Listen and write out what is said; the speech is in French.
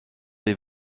des